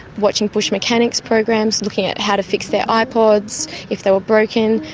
watching bush mechanics programs, looking at how to fix their ipods if they were broken.